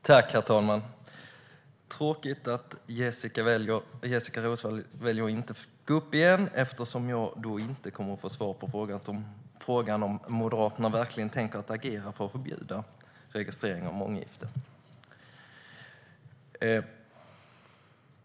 Herr talman! Det är tråkigt att Jessika Roswall väljer att inte gå upp i talarstolen igen eftersom jag då inte kommer att få svar på frågan om Moderaterna tänker agera för att förbjuda registrering av månggifte.